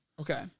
Okay